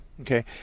Okay